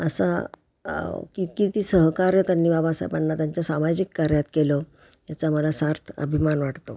असा कि किती सहकार्य त्यांनी बाबासाहेबांना त्यांच्या सामाजिक कार्यात केलं याचा मला सार्थ अभिमान वाटतो